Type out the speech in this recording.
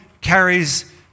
carries